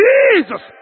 Jesus